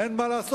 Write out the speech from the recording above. אין מה לעשות,